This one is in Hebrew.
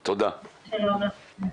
שלום.